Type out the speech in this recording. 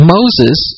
Moses